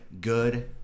good